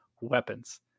weapons